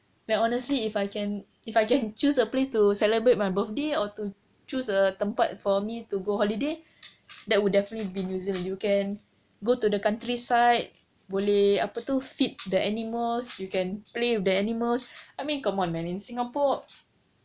like honestly if I can if I can choose a place to celebrate my birthday or to choose a tempat for me to go holiday that would definitely been using you can go to the countryside boleh apa tu feed the animals you can play with the animals I mean come on man in singapore